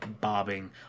bobbing